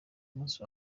musi